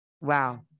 Wow